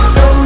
no